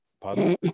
Pardon